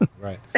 Right